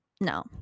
no